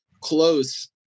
close